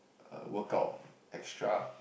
err workout extra